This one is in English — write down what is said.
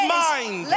mind